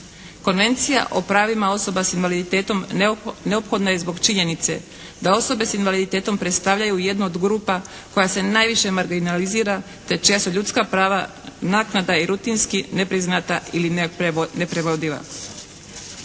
Konvencija o pravima osoba s invaliditetom neophodna je zbog činjenice da osobe s invaliditetom predstavljaju jednu od grupa koja se najviše marginalizira te često ljudska prava naknada i rutinski nepriznata ili neprovediva.